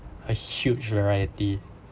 a huge variety